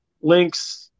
links